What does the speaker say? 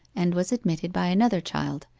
and was admitted by another child,